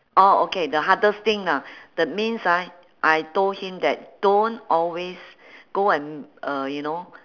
orh okay the hardest thing ah that means ah I told him that don't always go and m~ uh you know